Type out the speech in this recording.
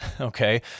okay